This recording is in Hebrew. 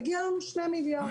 מגיע לנו שני מיליארד.